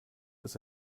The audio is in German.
ist